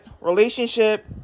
relationship